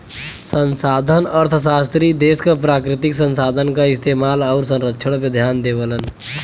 संसाधन अर्थशास्त्री देश क प्राकृतिक संसाधन क इस्तेमाल आउर संरक्षण पे ध्यान देवलन